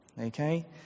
okay